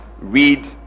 read